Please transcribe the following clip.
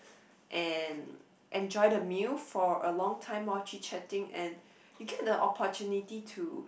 and enjoy the meal for a long time while chit-chatting and you get the opportunity to